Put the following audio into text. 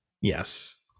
yes